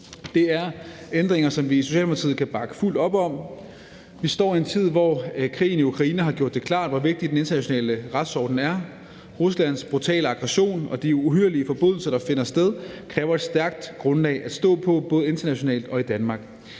Det er ændringer, som vi i Socialdemokratiet kan bakke fuldt op om. Vi står i en tid, hvor krigen i Ukraine har gjort det klart, hvor vigtig den internationale retsorden er. Ruslands brutale aggression og de uhyrlige forbrydelser, der finder sted, kræver et stærkt grundlag at stå på, både internationalt og i Danmark.